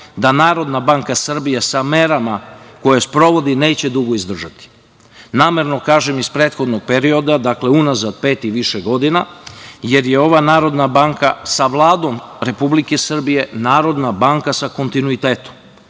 da Narodna banka Srbije sa merama koje sprovodi neće dugo izdržati. Namerno kažem iz prethodnog perioda, dakle unazad pet i više godina, jer je ova Narodna banka sa Vladom Republike Srbije Narodna banka sa kontinuitetom.